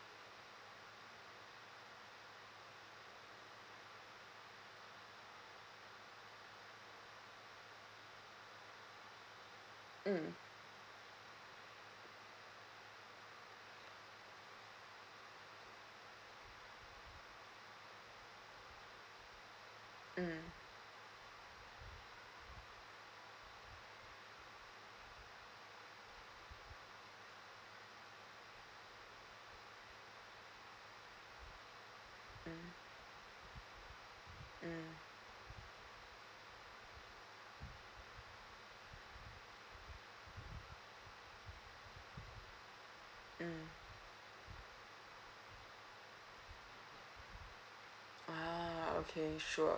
mm mm mm mm ah okay sure